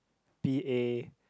P_A